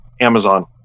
Amazon